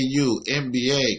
NBA